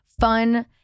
fun